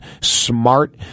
smart